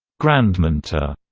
grandmentor,